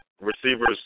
receivers